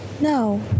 No